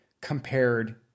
compared